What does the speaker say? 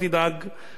הכול יעבור,